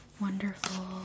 wonderful